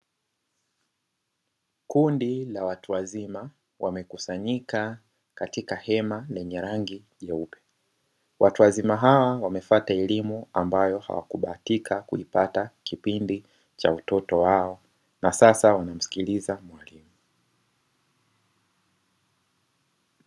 Kundi la watu wazima wamekusanyika katika hema lenye rangi nyeupe. Watu wazima hawa wamefuata elimu ambayo hawakubahatika kuipata kipindi cha utoto wao, na sasa wanamsikiliza mwalimu.